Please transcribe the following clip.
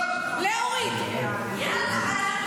תתביישי לך.